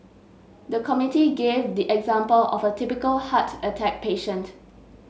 the committee gave the example of a typical heart attack patient